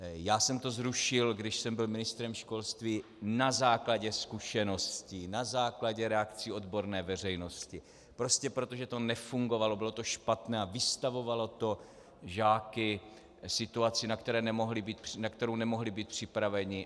Já jsem to zrušil, když jsem byl ministrem školství, na základě zkušeností, na základě reakcí odborné veřejnosti, prostě proto, že to nefungovalo, bylo to špatné a vystavovalo to žáky situaci, na kterou nemohli být připraveni.